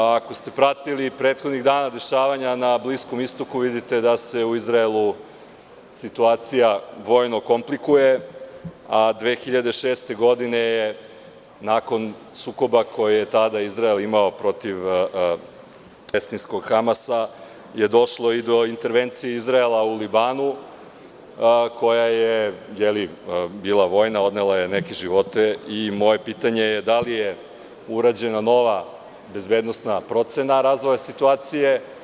Ako ste prethodnih dana pratili dešavanja na Bliskom istoku, vidite da se u Izraelu situaciju vojno komplikuje, a 2006. godine je nakon sukoba koji je tada Izrael imao protiv Palestinskog Hamasa, došlo je i do intervencije Izraela u Libanu koja je bila vojna, odnela je neke živote i moje pitanje je da li je urađena nova bezbednosna procena razvoja situacije?